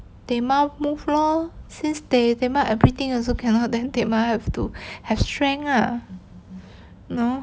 tehma move lor since tehma everything also cannot then tehma have to have strength ah no